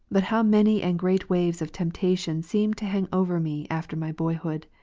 but how many and great waves of temptation seemed to hang over me after my boyhood!